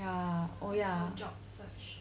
ya oh ya